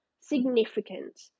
significant